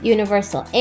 Universal